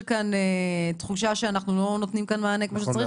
כאן תחושה שאנחנו לא נותנים כאן מענה כמו שצריך.